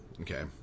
okay